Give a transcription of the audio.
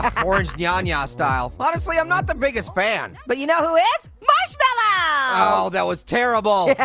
ah orange nya ah nya ah style. honestly, i'm not the biggest fan. but you know who is? marshmallow. oh, that was terrible.